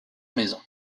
maison